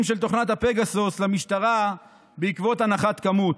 של תוכנת פגסוס למשטרה בעקבות הנחת כמות.